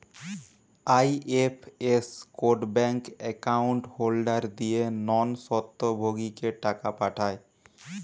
IFS code bank account holder দিয়ে non স্বত্বভোগীকে টাকা পাঠায়